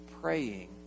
praying